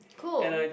cool